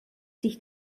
sich